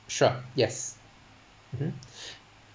sure yes mmhmm